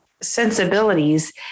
sensibilities